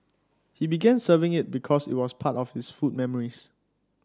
he began serving it because it was part of his food memories